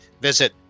visit